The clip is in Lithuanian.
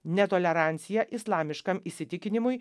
netolerancija islamiškam įsitikinimui